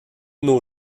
nos